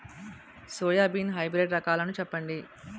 Soybean hybrid రకాలను చెప్పండి?